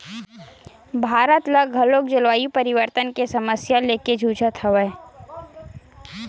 भारत ह घलोक जलवायु परिवर्तन के समस्या लेके जुझत हवय